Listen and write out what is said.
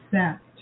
accept